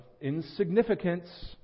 insignificance